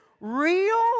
real